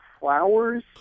flowers